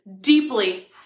deeply